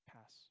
pass